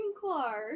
Clark